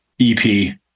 EP